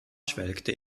schwelgte